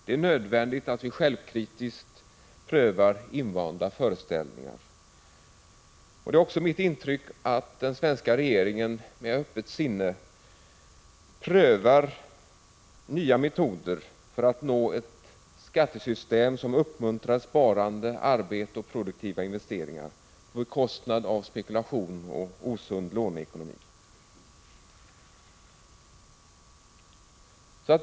Det är nödvändigt att vi självkritiskt prövar invanda föreställningar. Det är också mitt intryck att den svenska regeringen med öppet sinne prövar nya metoder för att nå ett skattesystem som uppmuntrar sparande, arbete och produktiva investeringar på bekostnad av spekulation och osund låneekonomi.